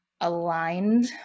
aligned